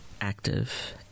active